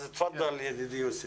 בבקשה ידידי יוסף.